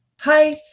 hi